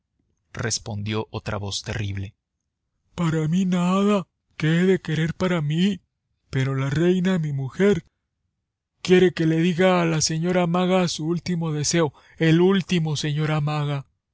respondió otra voz terrible para mí nada qué he de querer para mí pero la reina mi mujer quiere que le diga a la señora maga su último deseo el último señora maga